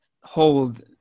hold